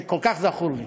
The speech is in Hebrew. זה כל כך זכור לי.